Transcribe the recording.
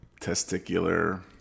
testicular